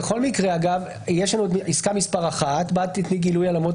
בכל מקרה יש לנו עסקה מספר 1 בה תתני גילוי על אמות